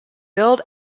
billed